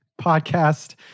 podcast